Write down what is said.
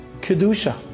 Kedusha